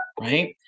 Right